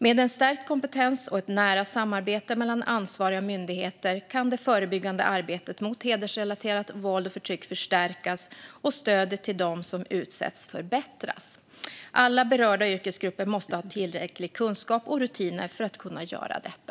Med en stärkt kompetens och ett nära samarbete mellan ansvariga myndigheter kan det förebyggande arbetet mot hedersrelaterat våld och förtryck förstärkas och stödet till dem som utsätts förbättras. Alla berörda yrkesgrupper måste ha tillräcklig kunskap och tillräckliga rutiner för att kunna göra detta.